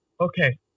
Okay